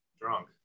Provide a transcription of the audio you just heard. drunk